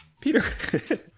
Peter